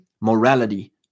morality